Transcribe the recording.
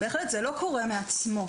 זה באמת לא קורה מעצמו.